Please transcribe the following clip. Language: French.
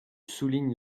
souligne